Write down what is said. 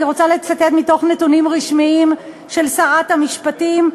אני רוצה לצטט מנתונים רשמיים של שרת המשפטים,